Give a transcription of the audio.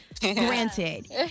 Granted